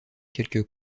quelques